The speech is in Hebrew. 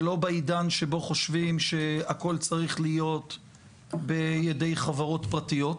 ולא בעידן שבו חושבים הכול צריך להיות בידי חברות פרטיות.